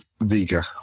Vega